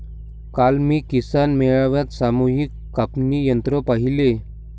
काल मी किसान मेळ्यात सामूहिक कापणी यंत्र पाहिले